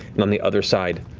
and on the other side,